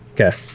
Okay